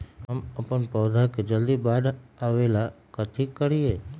हम अपन पौधा के जल्दी बाढ़आवेला कथि करिए?